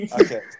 okay